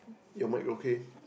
your mic okay